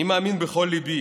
אני מאמין בכל ליבי